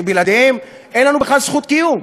שבלעדיהם אין לנו בכלל זכות קיום.